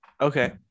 Okay